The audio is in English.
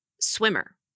swimmer